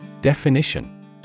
Definition